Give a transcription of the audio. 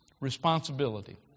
responsibility